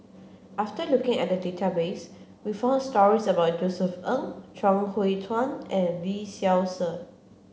after looking at the database we found stories about Josef Ng Chuang Hui Tsuan and Lee Seow Ser